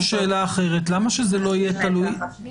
הרי